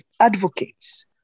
advocates